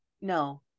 no